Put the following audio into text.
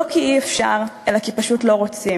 לא כי אי-אפשר, אלא כי פשוט לא רוצים.